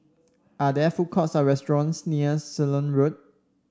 are there food courts or restaurants near Ceylon Road